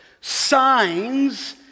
Signs